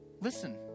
Listen